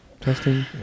testing